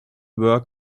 work